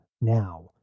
now